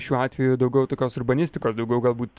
šiuo atveju daugiau tokios urbanistikos daugiau galbūt